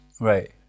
Right